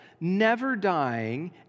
never-dying